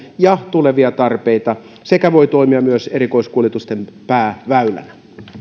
ja tulevia tarpeita sekä voi toimia myös erikoiskuljetusten pääväylänä